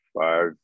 five